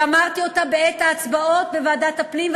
שאמרתי אותה בעת ההצבעות בוועדת הפנים,